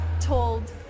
told